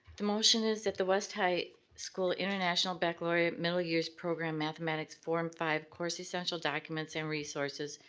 the motion is that the west high school international baccalaureate middle years program mathematics form five course essential documents and resources,